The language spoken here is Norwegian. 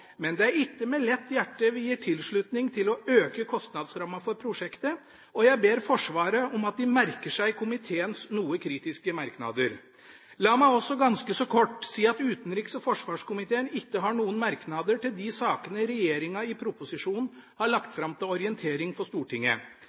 men det er ikke med lett hjerte vi gir tilslutning til å øke kostnadsrammen for prosjektet, og jeg ber Forsvaret om at de merker seg komiteens noe kritiske merknader. La meg også ganske kort si at utenriks- og forsvarskomiteen ikke har noen merknader til de sakene regjeringa i proposisjonen har lagt fram til orientering for Stortinget.